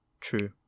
true